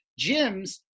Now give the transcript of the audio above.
gyms